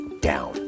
down